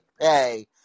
pay